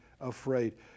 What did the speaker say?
afraid